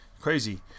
crazy